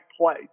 play